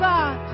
God